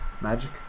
magic